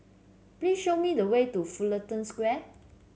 please show me the way to Fullerton Square